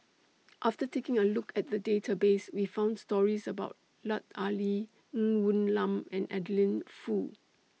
after taking A Look At The Database We found stories about Lut Ali Ng Woon Lam and Adeline Foo